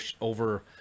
over